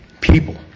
people